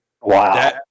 Wow